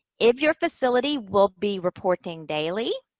if your facility will be reporting daily,